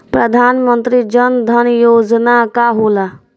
प्रधानमंत्री जन धन योजना का होला?